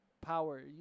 power